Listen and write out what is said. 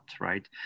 right